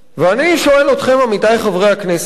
ואני שואל אתכם, עמיתי חברי הכנסת: